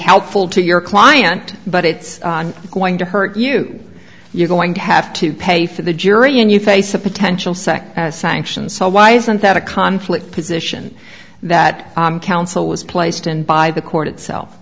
helpful to your client but it's going to hurt you you're going to have to pay for the jury and you face a potential second sanction so why isn't that a conflict position that council was placed in by the court itself